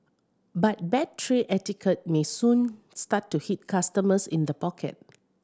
but bad tray etiquette may soon start to hit customers in the pocket